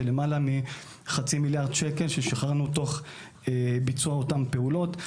של למעלה מחצי מיליארד שקל ששחררנו תוך ביצוע אותן פעולות.